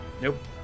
Nope